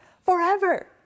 Forever